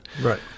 right